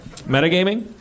Metagaming